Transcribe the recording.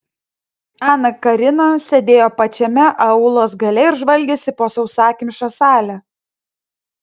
ana karina sėdėjo pačiame aulos gale ir žvalgėsi po sausakimšą salę